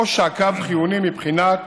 או שהקו חיוני מבחינת